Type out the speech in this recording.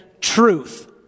truth